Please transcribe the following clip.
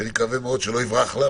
שאני מקווה מאוד שלא יברח לה,